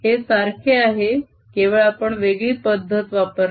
हे सारखे आहे केवळ आपण वेगळी पद्धत वापरली आहे